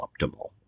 optimal